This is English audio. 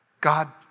God